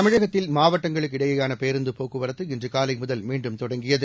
தமிழகத்தில் மாவட்டங்களுக்கு இடையேயானபேருந்தபோக்குவரத்து இன்றுகாலைமுதல் மீண்டும் தொடங்கியது